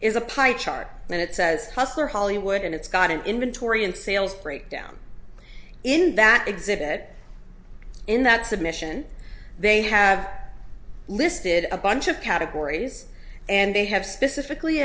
is a pipe chart and it says hustler hollywood and it's got an inventory and sales breakdown in that exhibit in that submission they have listed a bunch of categories and they have specifically